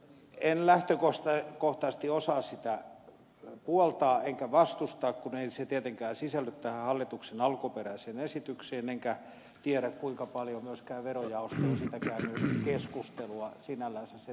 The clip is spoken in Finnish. en lähtökohtaisesti osaa sitä puoltaa enkä vastustaa kun ei se tietenkään sisälly tähän hallituksen alkuperäiseen esitykseen enkä tiedä kuinka paljon myöskään verojaosto on siitä käynyt keskustelua sinällänsä sen tarpeellisuudesta